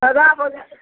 सादा भोजन